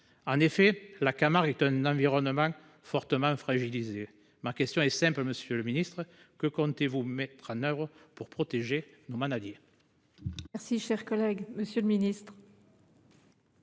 En effet, la Camargue est un environnement fortement fragilisé. Ma question est donc simple. Monsieur le ministre, que comptez-vous mettre en œuvre pour protéger les manadiers ?